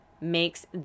makes